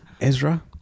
Ezra